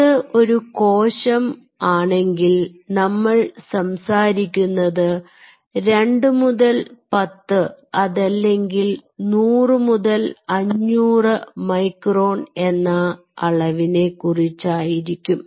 അത് ഒരു കോശം ആണെങ്കിൽ നമ്മൾ സംസാരിക്കുന്നത് 2 മുതൽ 10 അതല്ലെങ്കിൽ100 മുതൽ 500 മൈക്രോൺ എന്ന അളവിനെ കുറിച്ചായിരിക്കും